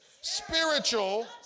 spiritual